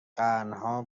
قرنها